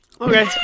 Okay